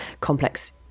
complex